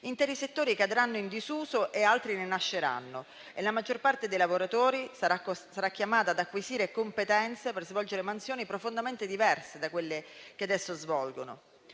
interi settori cadranno in disuso e altri ne nasceranno e la maggior parte dei lavoratori sarà chiamata ad acquisire competenze per svolgere mansioni profondamente diverse da quelle che adesso svolgono.